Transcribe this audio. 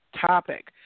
topic